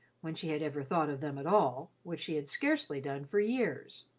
when she had ever thought of them at all, which she had scarcely done for years.